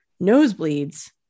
Nosebleeds